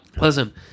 listen